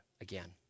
again